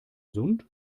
gesund